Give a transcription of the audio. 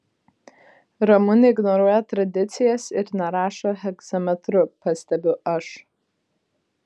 ramunė ignoruoja tradicijas ir nerašo hegzametru pastebiu aš